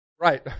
Right